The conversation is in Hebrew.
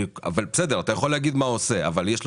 אתה יכול להגיד מה הוא עושה אבל יש לו